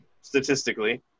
Statistically